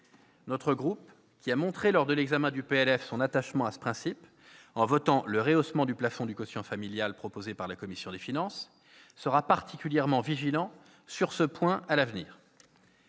Notre groupe, qui a montré lors de l'examen du projet de loi de finances son attachement à ce principe en votant le rehaussement du plafond du quotient familial proposé par la commission des finances, sera particulièrement vigilant sur ce point à l'avenir.